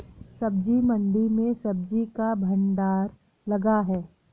सब्जी मंडी में सब्जी का भंडार लगा है